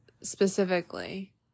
specifically